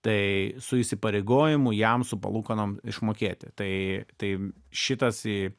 tai su įsipareigojimu jam su palūkanom išmokėti tai tai šitas į